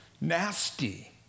nasty